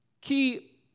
key